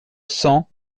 cents